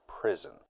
prison